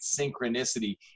synchronicity